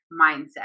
mindset